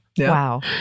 Wow